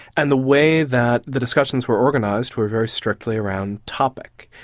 and the way that the discussions were organised were very strictly around topic.